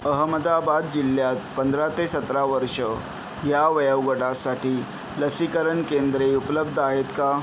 अहमदाबाद जिल्ह्यात पंधरा ते सतरा वर्ष ह्या वयोगटासाठी लसीकरण केंद्रे उपलब्ध आहेत का